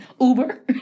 Uber